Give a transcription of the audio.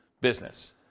business